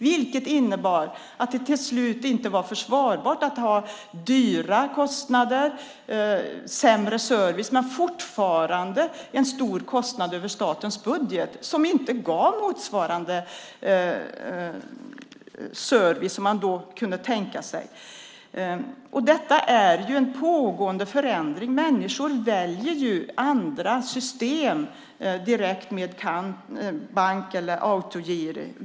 Till slut var det inte försvarbart att ha höga kostnader och sämre service men fortfarande en stor kostnad i statens budget. Detta är en pågående förändring. Människor väljer andra system, direkt med bank eller autogiro.